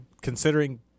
considering